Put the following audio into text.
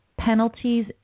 penalties